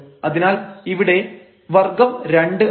അതിനാൽ ഇവിടെ വർഗ്ഗം 2 ആണ്